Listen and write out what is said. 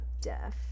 deaf